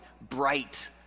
bright